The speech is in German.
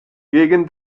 gegen